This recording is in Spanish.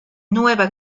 nueva